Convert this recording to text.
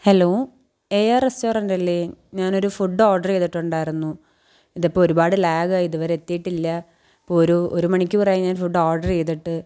hello A R റെസ്റ്റൊറൻ്റല്ലെ ഞാനൊരു food order ചെയ്തിട്ടുണ്ടായിരുന്നു ഇതിപ്പോൾ ഒരുപാട് ലാഗായിതുവരെ എത്തീട്ടില്ല ഒരൂ ഒരു മണിക്കൂറായി ഞാൻ ഫുഡ് ഓഡർ ചെയ്തിട്ട്